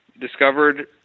discovered